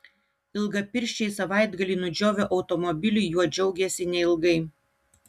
ilgapirščiai savaitgalį nudžiovę automobilį juo džiaugėsi neilgai